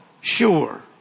sure